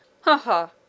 Ha-ha